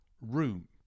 room